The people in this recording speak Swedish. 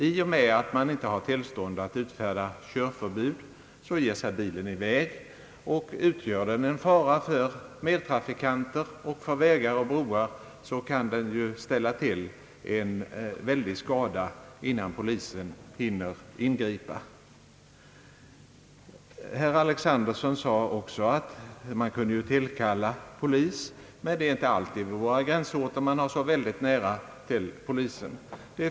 I och med att tullpersonalen inte har tillstånd att utfärda körförbud, ger sig bilen i väg, och då den utgör en fara för medtrafikanter och för vägar och broar, kan den ställa till stor skada, innan polisen hinner ingripa. Herr Alexanderson sade att man kunde tillkalla polis, men vid våra gränsorter är det inte alltid så nära till polisen.